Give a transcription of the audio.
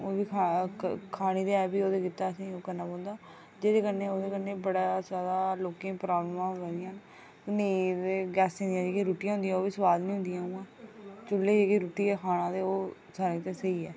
खानी ते ऐ बी ओहदे गितै जेह्दे कन्नै ओह्दे कन्नै बड़ा जादा लोकें ई गैसें दियां जेह्कियां रुट्टियां ओह् बी स्वाद निं होंदियां ऐ रुट्टी गै खाना ते ओह् सारें शा स्हेई ऐ